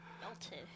Melted